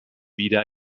weder